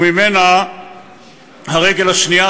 וממנה הרגל השנייה,